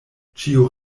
ĉiu